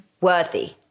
worthy